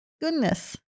goodness